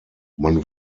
man